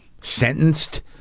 sentenced